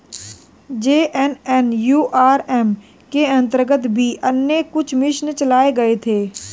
JNNURM के अंतर्गत भी अन्य कुछ मिशन चलाए गए थे